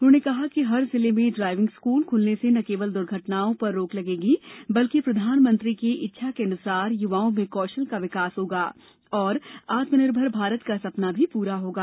उन्होंने कहा की हर जिले में ड्राइविंग स्कूल खुलने से न केवल दुर्घटनाओं रोक लगेगी बल्कि प्रधानमंत्री की इच्छा के अनुसार युवाओं में कौशल का विकास होगा और आत्मनिर्भर भारत का सपना भी पूरा होगा